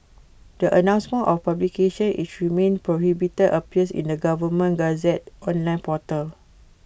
the announcement of publications which remain prohibited appears in the government Gazette's online portal